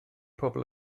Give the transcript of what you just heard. pobl